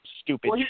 Stupid